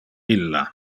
illa